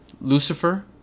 Lucifer